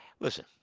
Listen